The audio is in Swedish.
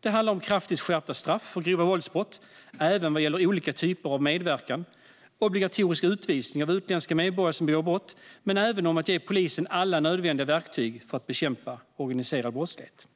Det handlar om kraftigt skärpta straff för grova våldsbrott, även olika typer av medverkan, obligatorisk utvisning av utländska medborgare som begår brott men även om att ge polisen alla nödvändiga verktyg för att bekämpa organiserad brottslighet.